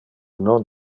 non